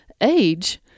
Age